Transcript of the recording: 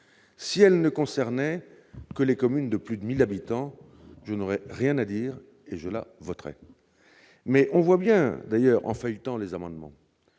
S'il touchait les seules communes de plus de 1 000 habitants, je n'aurais rien à y redire et je le voterais. On voit bien d'ailleurs, en feuilletant les amendements,